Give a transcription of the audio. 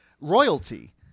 Royalty